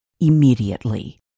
immediately